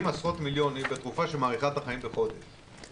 אבל